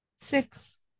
six